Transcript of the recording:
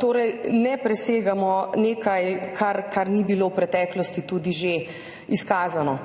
torej ne presegamo nečesa, kar ni bilo v preteklosti tudi že izkazano.